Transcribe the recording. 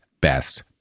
best